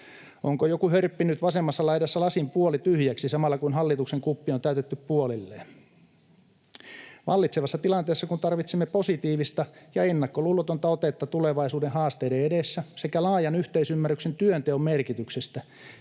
Onko joku hörppinyt vasemmassa laidassa lasin puolityhjäksi samalla kun hallituksen kuppi on täytetty puolilleen? Vallitsevassa tilanteessa tarvitsemme positiivista ja ennakkoluulotonta otetta tulevaisuuden haasteiden edessä sekä laajan yhteisymmärryksen työnteon merkityksestä.